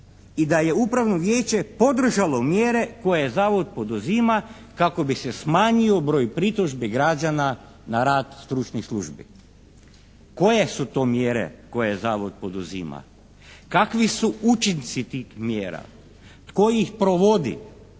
i da je upravno vijeće podržalo mjere koje zavod poduzima kako bi se smanjio broj pritužbi građana na rad stručnih službi. Koje su to mjere koje zavod poduzima? Kakvi su učinci tih mjera? Tko ih provodi?